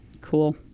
Cool